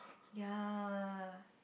ya